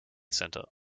centre